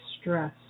stress